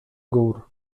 gór